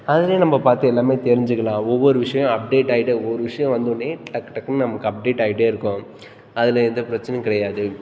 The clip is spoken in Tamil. அதுலேயே நம்ம பார்த்து எல்லாமே தெரிஞ்சுக்கிலாம் ஒவ்வொரு விஷயம் அப்டேட் ஆகிட்டே ஒரு விஷயம் வந்தவொடனே டக்கு டக்குன்னு நமக்கு அப்டேட் ஆகிட்டே இருக்கும் அதில் எந்த பிரச்சினையும் கிடையாது